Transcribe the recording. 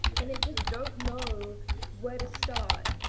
and they just don't know where to start,